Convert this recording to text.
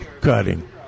cutting